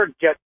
get